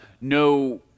no